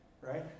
right